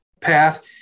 path